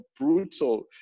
brutal